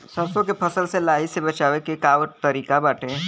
सरसो के फसल से लाही से बचाव के का तरीका बाटे?